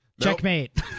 Checkmate